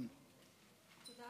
תודה